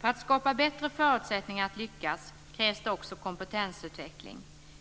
För att skapa bättre förutsättningar att lyckas krävs det också kompetensutveckling.